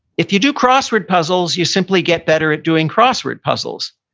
if you do crossword puzzles, you simply get better at doing crossword puzzles.